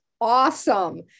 awesome